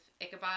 ichabod